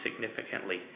significantly